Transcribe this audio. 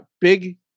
big